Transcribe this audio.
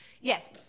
Yes